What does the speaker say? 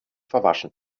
verwaschen